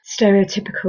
stereotypical